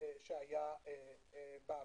שהיה בעבר.